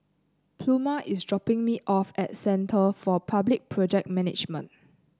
Pluma is dropping me off at Centre for Public Project Management